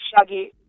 Shaggy